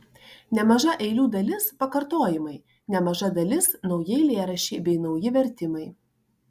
nemaža eilių dalis pakartojimai nemaža dalis nauji eilėraščiai bei nauji vertimai